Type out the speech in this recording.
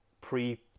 pre